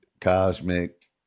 cosmic